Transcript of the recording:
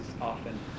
often